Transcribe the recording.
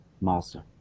master